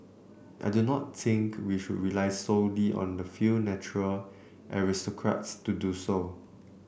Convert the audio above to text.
I do not think we should rely solely on the few natural aristocrats to do so